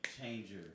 changer